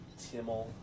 Timmel